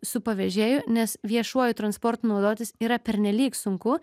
su pavežėju nes viešuoju transportu naudotis yra pernelyg sunku